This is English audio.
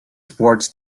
sports